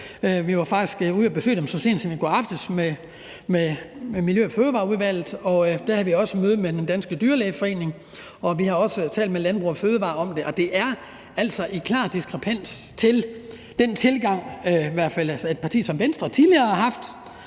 Vi var jo faktisk ude at besøge dem så sent som i går aftes med Miljø- og Fødevareudvalget, og der havde vi også et møde med Den Danske Dyrlægeforening, og vi har også talt med Landbrug & Fødevarer om det, og der er altså en klar diskrepans i den tilgang, som i hvert fald et parti som Venstre tidligere har haft.